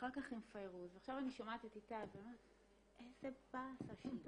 אחר כך עם פיירוז ועכשיו אני שומעת את איתי ואני אומרת איזה באסה שהיא